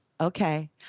okay